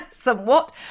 somewhat